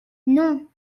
non